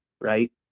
right